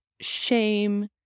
shame